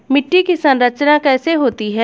मिट्टी की संरचना कैसे होती है?